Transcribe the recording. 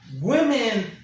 women